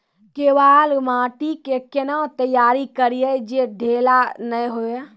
केवाल माटी के कैना तैयारी करिए जे ढेला नैय हुए?